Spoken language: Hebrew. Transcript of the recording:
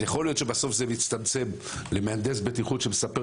יכול להיות שבסוף זה מצטמצם למהנדס בטיחות שמספר